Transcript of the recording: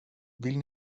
vill